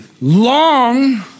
long